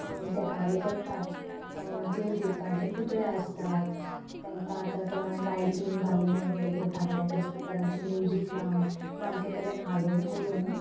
देखावे करतात देव देवतांचे पुतळे आसतात तेंकां आतां आतां लायटींग घालून तेजे फाटल्यान त्या स्पिकरांचे म्युजीक लावन ते अमके तरेन हालोवन करून